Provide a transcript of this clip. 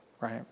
right